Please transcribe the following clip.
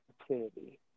opportunity